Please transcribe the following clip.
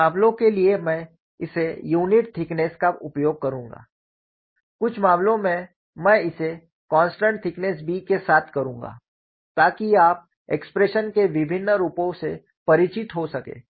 कुछ मामलों के लिए मैं इसे यूनिट थिकनेस का उपयोग करूंगा कुछ मामलों में मैं इसे कॉन्स्टन्ट थिकनेस B के साथ करूंगा ताकि आप एक्सप्रेशन के विभिन्न रूपों से परिचित हो सकें